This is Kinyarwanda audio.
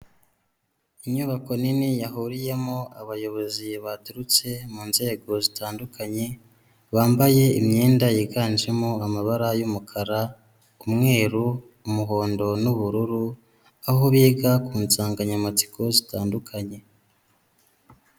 Inyubako nini yahuriyemo abayobozi baturutse mu nzego zitandukanye bambaye imyenda yiganjemo amabara y'umukara umweru umuhondo n'ubururu aho biga ku nsanganyamatsiko zitandukanye.